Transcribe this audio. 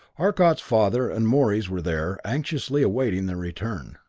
arcot's father, and morey's, were there, anxiously awaiting their return.